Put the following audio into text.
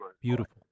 beautiful